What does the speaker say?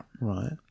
Right